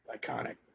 iconic